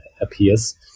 appears